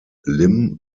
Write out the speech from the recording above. lim